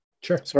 Sure